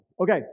Okay